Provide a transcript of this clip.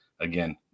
Again